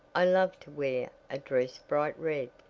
i love to wear a dress bright red!